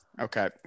Okay